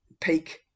peak